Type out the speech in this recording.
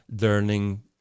learning